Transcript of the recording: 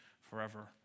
forever